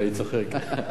לא, אני צוחק.